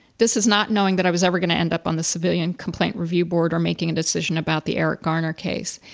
this is not knowing that i was ever going to end up on the civilian complaint review board or making a decision about the eric gardner case.